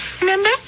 remember